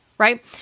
Right